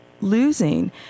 losing